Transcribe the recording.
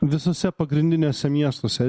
visuose pagrindiniuose miestuose